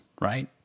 right